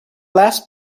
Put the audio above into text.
last